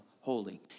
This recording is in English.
holy